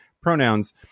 pronouns